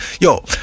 yo